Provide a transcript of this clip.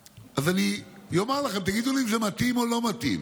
אני אומר לכם, ותגידו לי אם זה מתאים או לא מתאים: